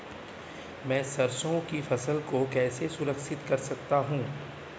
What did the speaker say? मैं सरसों की फसल को कैसे संरक्षित कर सकता हूँ?